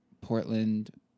Portland